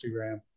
Instagram